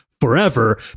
Forever